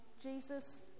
Jesus